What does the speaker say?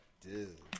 Dude